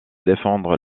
défendre